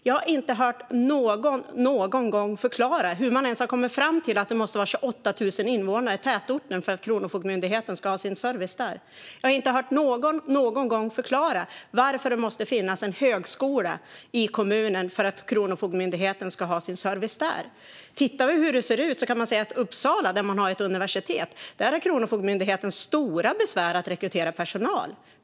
Jag har aldrig någonsin hört någon förklara hur man ens har kommit fram till att det måste vara 28 000 invånare i en tätort för att Kronofogdemyndigheten ska ha sin service där. Jag har aldrig någonsin hört någon förklara varför det måste finnas en högskola i kommunen för att Kronofogdemyndigheten ska ha sin service där. Vi kan se att i Uppsala, där man har ett universitet, har Kronofogdemyndigheten stora besvär att rekrytera personal.